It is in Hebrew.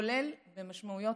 כולל במשמעויות